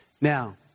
Now